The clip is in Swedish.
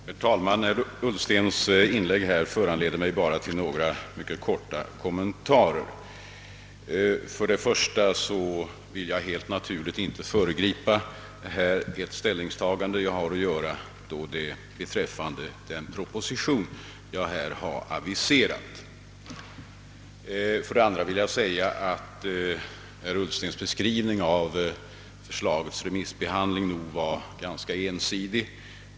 Herr talman! Herr Ullstens inlägg ger mig anledning att göra några mycket korta kommentarer. För det första vill jag givetvis här inte föregripa det ställningstagande jag har att göra beträffande den proposition som jag har aviserat. För det andra vill jag säga att herr Ullstens beskrivning av förslagets remissbehandling var ganska ensidig.